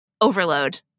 overload